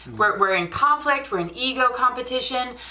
we're in conflict, we're in ego competition.